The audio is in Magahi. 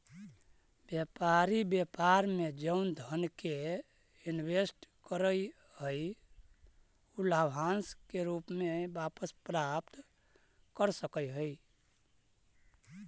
व्यापारी व्यापार में जउन धन के इनवेस्ट करऽ हई उ लाभांश के रूप में वापस प्राप्त कर सकऽ हई